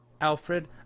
Alfred